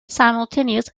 simultaneous